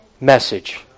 message